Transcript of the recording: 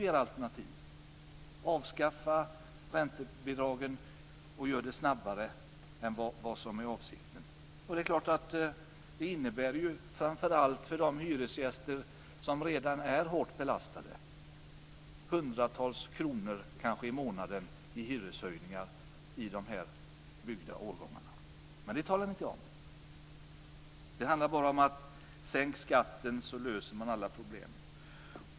Ert alternativ är: Avskaffa räntebidragen snabbare än vad som är avsikten! Det innebär hundratals kronor i månaden i hyreshöjningar framför allt för de hyresgäster som redan är hårt belastade. Men det talar ni inte om. Det handlar bara om: Sänk skatten, så löser man alla problem.